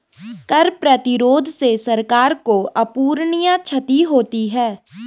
कर प्रतिरोध से सरकार को अपूरणीय क्षति होती है